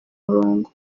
murongo